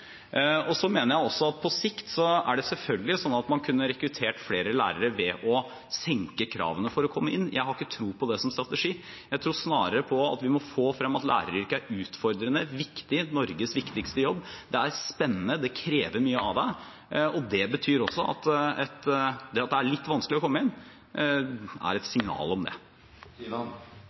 Jeg mener at man på sikt selvfølgelig kunne rekruttert flere lærere ved å senke kravene for å komme inn. Jeg har ikke tro på det som strategi. Jeg tror snarere på at vi må få frem at læreryrket er utfordrende, viktig – Norges viktigste jobb. Det er spennende, det krever mye av en. Det at det er litt vanskelig å komme inn, er et signal om det.